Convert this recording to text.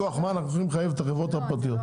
מכוח מה אנחנו יכולים לחייב את החברות הפרטיות,